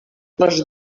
les